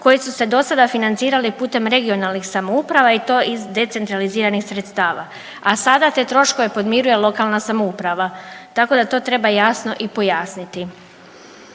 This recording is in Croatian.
koji su se dosada financirali putem regionalnih samouprava i to iz decentraliziranih sredstava, a sada te troškove podmiruje lokalna samouprava, tako da to treba jasno i pojasniti.